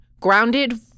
grounded